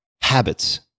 habits